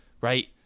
right